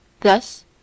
Thus